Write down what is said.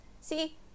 see